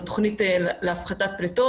בתוכנית להפחתת פליטות.